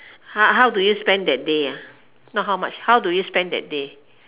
how how do you spend that day ah not how much how do you spend that day